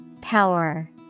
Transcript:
Power